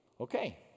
Okay